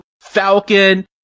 Falcon